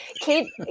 Kate